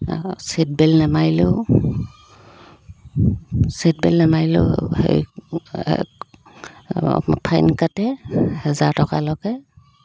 আকৌ চিটবেল্ট নেমাৰিলেও ছিটবেল্ট নেমাৰিলেও হেৰি ফাইন কাটে হেজাৰ টকালৈকে